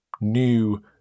new